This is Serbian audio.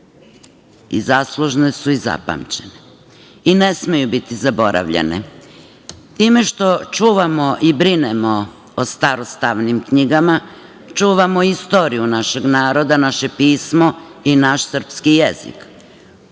i zaslužne su i zapamćene. I ne smeju biti zaboravljene. Time što čuvamo i brinemo o starostavnim knjigama, čuvamo istoriju našeg naroda, naše pismo i naš srpski jezik.